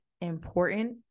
important